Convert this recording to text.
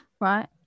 Right